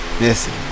Yes